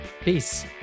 peace